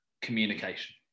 communication